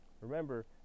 Remember